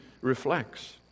reflects